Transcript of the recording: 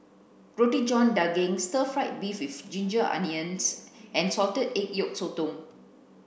roti john daging stir fried beef with ginger onions and salted egg yolk sotong